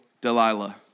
Delilah